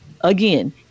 again